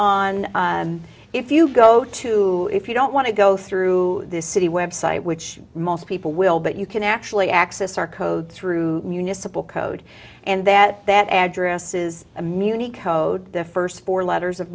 on if you go to if you don't want to go through this city website which most people will but you can actually access our code through municipal code and that that addresses a muni code the first four letters of